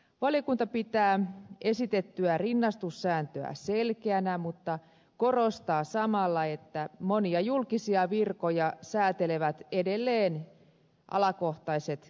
valiokunta pitää esitettyä rinnastussääntöä selkeänä mutta korostaa samalla että monia julkisia virkoja säätelevät edelleen alakohtaiset kelpoisuussäädökset